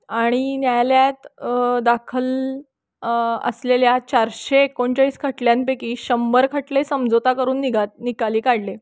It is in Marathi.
आणि न्यायालयात दाखल असलेल्या चारशे एकोणचाळीस खटल्यांपैकी शंभर खटले समझोता करून निघा निकाली काढले